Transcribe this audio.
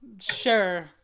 sure